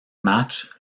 matchs